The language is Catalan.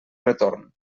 retorn